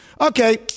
okay